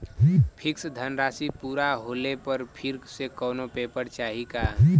Fix धनराशी पूरा होले पर फिर से कौनो पेपर चाही का?